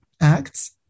acts